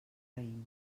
raïms